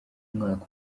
mwaka